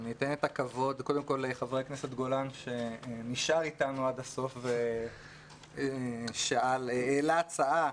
ניתן את הכבוד לחבר הכנסת גולן שנשאר איתנו עד הסוף והעלה הצעה.